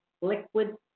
liquid